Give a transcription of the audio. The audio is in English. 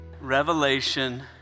Revelation